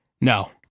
No